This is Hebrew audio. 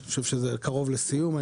אני חושב שזה קרוב לסיום.